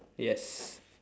yes